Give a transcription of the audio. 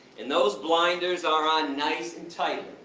and those blinders are on nice and tightly,